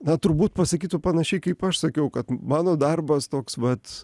na turbūt pasakytų panašiai kaip aš sakiau kad mano darbas toks vat